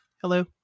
Hello